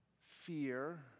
fear